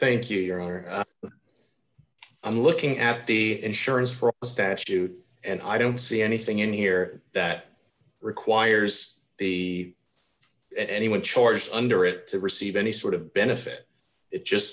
thank you your honor but i'm looking at the insurance from the statute and i don't see anything in here that requires the anyone charged under it to receive any sort of benefit it just